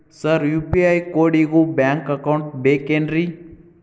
Sir UPI ಕೋಡಿಗೂ bank account ಬೇಕೆನ್ರಿ?